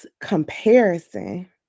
comparison